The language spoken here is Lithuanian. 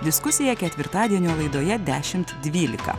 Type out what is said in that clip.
diskusija ketvirtadienio laidoje dešimt dvylika